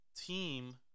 team